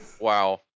Wow